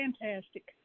Fantastic